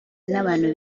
n’abantu